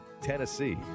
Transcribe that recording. Tennessee